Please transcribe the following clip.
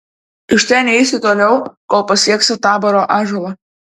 iš ten eisi toliau kol pasieksi taboro ąžuolą